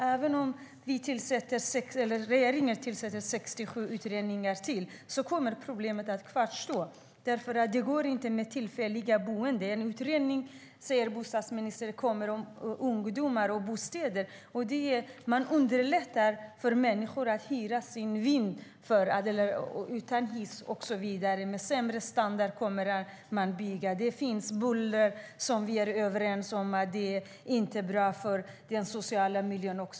Även om regeringen tillsätter 67 utredningar till kommer problemet att kvarstå. Det fungerar inte med tillfälliga boenden. Bostadsministern säger att det kommer en utredning om ungdomar och bostäder. Man underlättar för människor att hyra ut sin vind utan hiss och så vidare, man bygger med sämre standard, och det finns buller, som vi är överens om inte är bra för den sociala miljön.